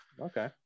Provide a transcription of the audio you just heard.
okay